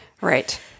Right